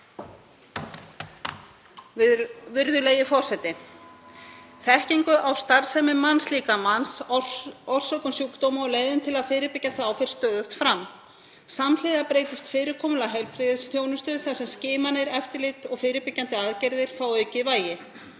Virðulegi forseti. Þekking á starfsemi mannslíkamans, á orsökum sjúkdóma og leiðum til að fyrirbyggja þá, fer stöðugt vaxandi. Samhliða breytist fyrirkomulag heilbrigðisþjónustu þar sem skimanir, eftirlit og fyrirbyggjandi aðgerðir fá aukið vægi.